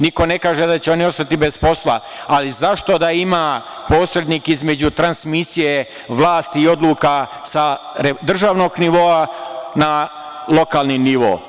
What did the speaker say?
Niko ne kaže da će oni ostati bez posla, ali zašto da ima posrednik između transmisije vlasti i odluka sa državnog nivoa na lokalni nivo.